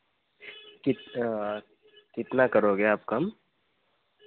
कित कितना करोगे आप कम